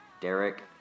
Derek